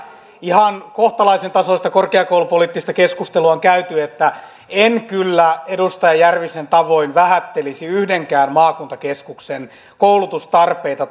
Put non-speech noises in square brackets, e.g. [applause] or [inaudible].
ihan kohtalaisen tasoista korkeakoulupoliittista keskustelua on käyty että en kyllä edustaja järvisen tavoin vähättelisi yhdenkään maakuntakeskuksen koulutustarpeita [unintelligible]